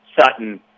Sutton